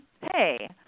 hey